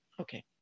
okay